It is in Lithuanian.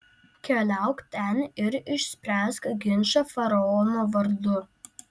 keliauk ten ir išspręsk ginčą faraono vardu